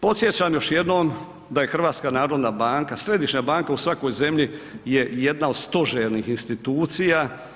Podsjećam još jednom da je HNB središnja banka u svakoj zemlji je jedna od stožernih institucija.